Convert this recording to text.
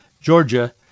Georgia